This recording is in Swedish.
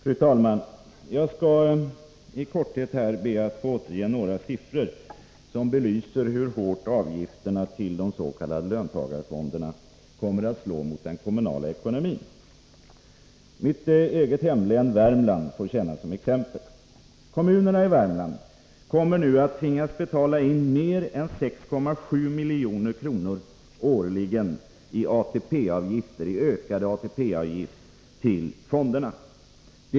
Fru talman! Jag skall be att i korthet få återge några siffror som belyser hur hårt avgifterna till de s.k. löntagarfonderna kommer att slå mot den kommunala ekonomin. Mitt eget hemlän, Värmland, får tjäna som exempel. Kommunerna i Värmland kommer nu att tvingas betala in mer än 6,7 milj.kr. årligen i ökade ATP-avgifter till fonderna.